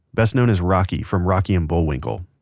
best known as rocky from rocky and bullwinkle,